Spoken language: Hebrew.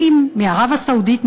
אם מערב-הסעודית,